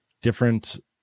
different